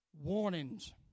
warnings